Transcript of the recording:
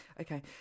Okay